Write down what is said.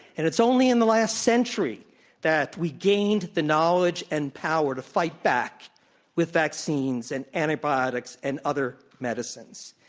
and it's only in the last century that we gained the knowledge and power to fight back with vaccines and antibiotics and other medicines.